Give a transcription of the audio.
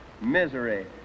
misery